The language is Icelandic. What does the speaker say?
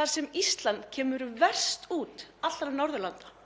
þar sem Ísland kemur verst út allra Norðurlanda.